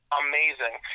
amazing